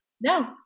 no